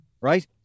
Right